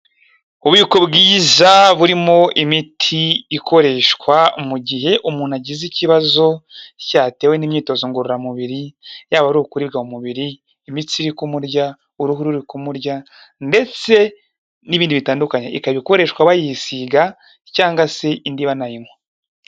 Ububiko bwiza burimo imiti ikoreshwa mu gihe umuntu agize ikibazo cyatewe n'imyitozo ngororamubiri, yaba ari ukuribwa mu mubiri, imitsi iri kumurya, uruhu ruri kumurya ndetse n'ibindi bitandukanye. Ikaba ikoreshwa bayisiga cyangwa se indi banayinywa.